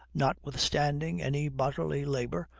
notwithstanding any bodily labor,